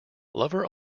lover